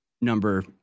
number